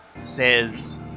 says